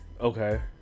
okay